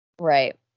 right